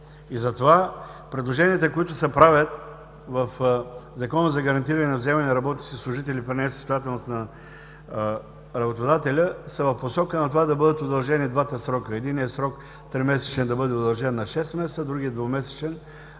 И затова предложенията, които се правят в Закона за гарантираните вземания на работниците и служителите при несъстоятелност на работодателя, са в посока на това да бъдат удължени двата срока. Единият срок – тримесечен, да бъде удължен на шест месеца, другият – двумесечен,